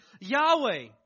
Yahweh